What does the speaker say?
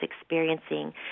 experiencing